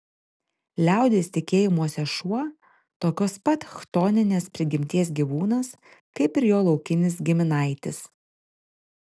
liaudies tikėjimuose šuo tokios pat chtoninės prigimties gyvūnas kaip ir jo laukinis giminaitis